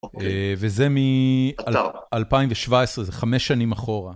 וזה מאלפיים ושבע עשרה זה חמש שנים אחורה.